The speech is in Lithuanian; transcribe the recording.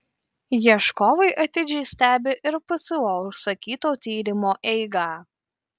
ieškovai atidžiai stebi ir pso užsakyto tyrimo eigą